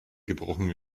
gebrochen